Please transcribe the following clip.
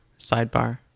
sidebar